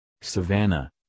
Savannah